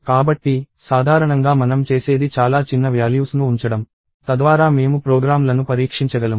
కాబట్టి సాధారణంగా మనం చేసేది చాలా చిన్న వ్యాల్యూస్ ను ఉంచడం తద్వారా మేము ప్రోగ్రామ్లను పరీక్షించగలము